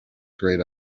great